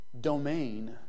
domain